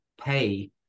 pay